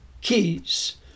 keys